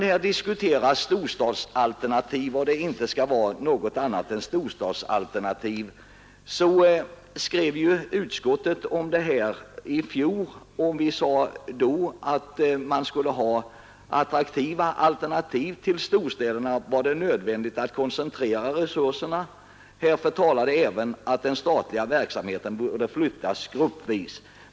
I vad gäller förslaget om att det enbart skall vara storstadsalternativ som skall komma i fråga vill jag nämna att utskottets skrivning i fjol gick ut på att alternativ till storstäderna måste vara attraktiva och att det var nödvändigt att koncentrera resurserna. Härför talade även att den statliga verksamheten borde flyttas gruppvis.